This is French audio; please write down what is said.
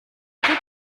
peut